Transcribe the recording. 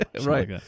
Right